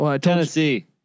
Tennessee